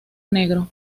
negro